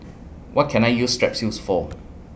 What Can I use Strepsils For